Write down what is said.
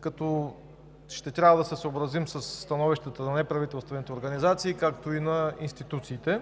като ще трябва да се съобразим със становищата на неправителствените организации и на институциите.